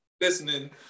listening